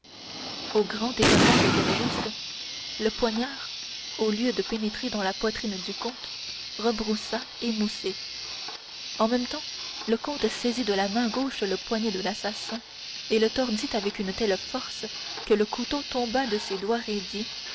au grand étonnement de caderousse le poignard au lieu de pénétrer dans la poitrine du comte rebroussa émoussé en même temps le comte saisit de la main gauche le poignet de l'assassin et le tordit avec une telle force que le couteau tomba de ses doigts raidis